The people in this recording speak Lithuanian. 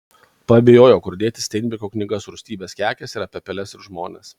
paabejojo kur dėti steinbeko knygas rūstybės kekės ir apie peles ir žmones